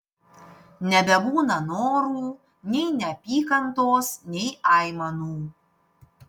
nebebūna norų nei neapykantos nei aimanų